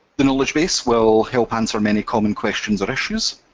the knowledge base will help answer many common questions or issues.